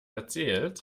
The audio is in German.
erzählt